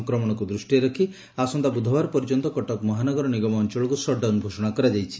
ସଂକ୍ରମଶକୁ ଦୂ ରଖି ଆସନ୍ତା ବୁଧବାର ପର୍ଯ୍ୟନ୍ତ କଟମ ମହାନଗର ନିଗମ ଅଞ୍ଚଳକୁ ସଟଡାଉନ ଘୋଷଣା କରାଯାଇଛି